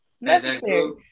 necessary